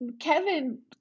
Kevin